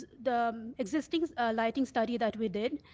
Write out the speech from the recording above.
the existing lighting study that we did,